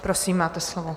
Prosím, máte slovo.